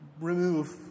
remove